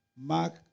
Mark